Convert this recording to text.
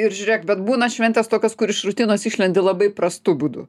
ir žiūrėk bet būna šventės tokios kur iš rutinos išlendi labai prastu būdu